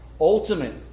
ultimate